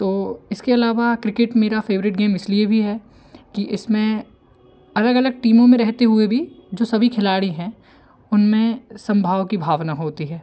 तो इसके अलावा क्रिकेट मेरा फ़ेवरेट गेम इसलिए भी है कि इसमें अलग अलग टीमों में रहते हुए भी जो सभी खिलाड़ी हैं उनमें समभाव की भावना होती है